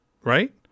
right